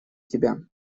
тебя